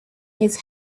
his